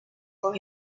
for